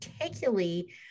particularly